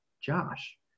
josh